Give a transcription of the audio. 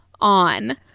on